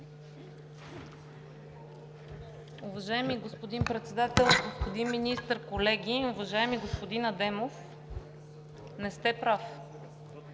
Уважаеми господин Председател, господин Министър, колеги! Уважаеми господин Адемов, не сте прав,